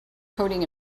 coding